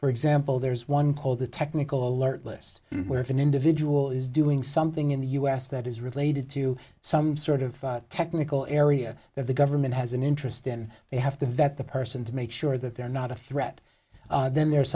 for example there's one called the technical alert list where if an individual is doing something in the u s that is related to some sort of technical area that the government has an interest in they have to vet the person to make sure that they're not a threat then there's